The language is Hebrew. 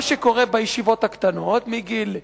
מה שקורה בישיבות הקטנות מגיל 12,